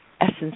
essence